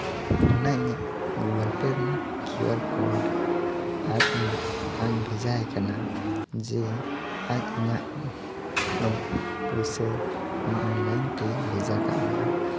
ᱚᱱᱟ ᱤᱧᱟᱹᱜ Google Pay ᱨᱮᱱᱟᱜ ᱠᱤᱭᱩ ᱟᱨ ᱠᱳᱰ ᱟᱡ ᱵᱷᱮᱡᱟᱣᱟᱭ ᱠᱟᱱᱟ ᱡᱮ ᱟᱡ ᱤᱧᱟᱹᱜ ᱯᱩᱭᱥᱟᱹ ᱚᱱᱟ ᱚᱱᱞᱟᱭᱤᱱ ᱛᱮᱭ ᱵᱷᱮᱡᱟ ᱠᱟᱜ ᱢᱟᱭ